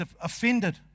offended